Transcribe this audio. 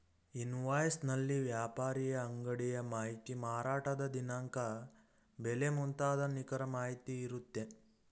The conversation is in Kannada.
ಇನ್ವಾಯ್ಸ್ ನಲ್ಲಿ ವ್ಯಾಪಾರಿಯ ಅಂಗಡಿಯ ಮಾಹಿತಿ, ಮಾರಾಟದ ದಿನಾಂಕ, ಬೆಲೆ ಮುಂತಾದ ನಿಖರ ಮಾಹಿತಿ ಇರುತ್ತೆ